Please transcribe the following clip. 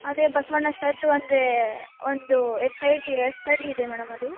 ಅದೆ ಬಸವಣ್ಣ ಸ್ಟ್ಯಾಚ್ಯು ಅಂದರೆ ಒಂದು ಎಷ್ಟು ಅಡಿ ಎಷ್ಟು ಅಡಿ ಇದೆ ಮೇಡಮ್ ಅದು